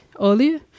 earlier